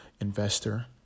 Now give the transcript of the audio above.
investor